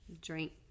drink